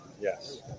Yes